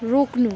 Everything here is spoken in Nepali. रोक्नु